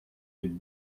the